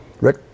Rick